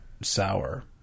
sour